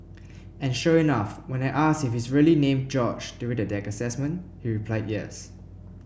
and sure enough when I asked if he's really named George during the deck assessment he replied yes